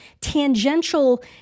tangential